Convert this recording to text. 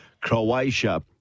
Croatia